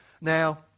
Now